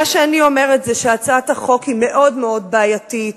מה שאני אומרת הוא שהצעת החוק היא מאוד מאוד בעייתית.